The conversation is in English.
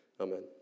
Amen